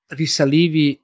risalivi